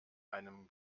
einem